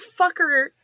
fucker